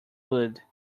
wood